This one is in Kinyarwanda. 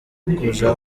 kuja